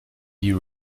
you